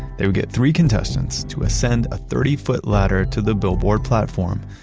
they would get three contestants to ascend a thirty foot ladder to the billboard platform,